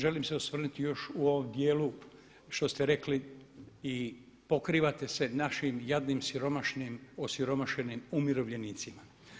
Želim se osvrnuti još u ovom dijelu što ste rekli i pokrivate se našim jadnim, siromašnim, osiromašenim umirovljenicima.